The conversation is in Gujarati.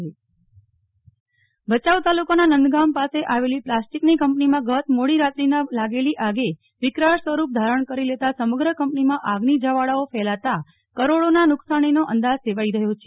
નેહલ ઠક્કર પ્લાસ્ટિક કંપનીમાં આગ ભયાઉ તાલુકાના નંદગામ પાસે આવેલી પ્લાસ્ટીકની કંપનીમાં ગત મોડી રાત્રીના લાગેલી વિકરાળ સ્વરૂપ ધારણ કરી લેતા સમગ્ર કંપનીમાં આગની જ્વાળાઓ ફેલાતા કરોડોના નુકશાનીનો અંદાજ સેવાઈ રહ્યો છે